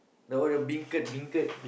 all the beancurd beancurd